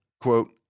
Quote